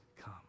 come